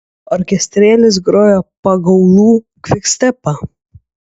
orkestrėlis grojo pagaulų kvikstepą